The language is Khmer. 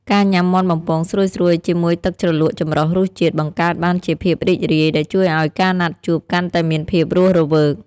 ការញ៉ាំមាន់បំពងស្រួយៗជាមួយទឹកជ្រលក់ចម្រុះរសជាតិ បង្កើតបានជាភាពរីករាយ ដែលជួយឱ្យការណាត់ជួបកាន់តែមានភាពរស់រវើក។